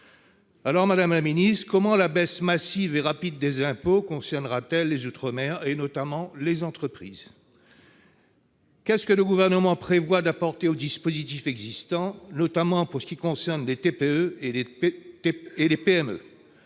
géographique. Comment la baisse massive et rapide des impôts concernera-t-elle les outre-mer, notamment les entreprises ? Qu'est-ce que le Gouvernement prévoit d'apporter aux dispositifs existants, notamment pour ce qui concerne les TPE et les PME ?